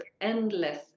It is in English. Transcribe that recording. endless